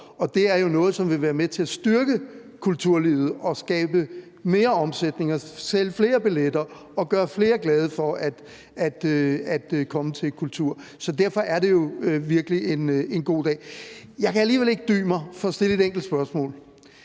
som vil være med til at styrke kulturlivet og skabe mere omsætning og sælge flere billetter og gøre flere glade for at komme til kulturarrangementer. Så derfor er det virkelig en god dag. Jeg kan alligevel ikke dy mig for at stille et enkelt spørgsmål.